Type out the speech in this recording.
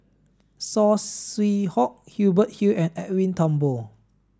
Saw Swee Hock Hubert Hill and Edwin Thumboo